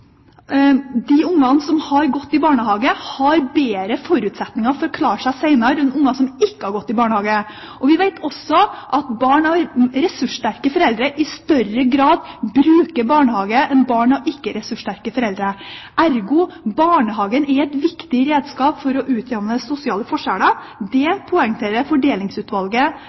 de barna som har gått i barnehage, har bedre forutsetninger for å klare seg senere enn barn som ikke har gått i barnehage. Vi vet også at barn av ressurssterke foreldre i større grad bruker barnehage enn barn av ikke-ressurssterke foreldre. Ergo: Barnehagen er et viktig redskap for å utjevne sosiale forskjeller. Det poengterte Fordelingsutvalget